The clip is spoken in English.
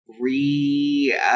re